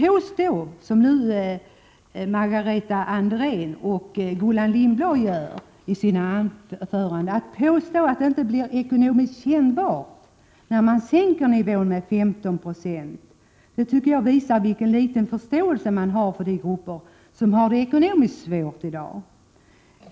När Margareta Andrén och Gullan Lindblad i sina anföranden påstår att det inte blir ekonomiskt kännbart när nivån sänks med 15 96 visar det vilken liten förståelse de har för de grupper som har det ekonomiskt svårt i dag.